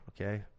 Okay